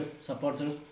supporters